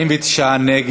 27,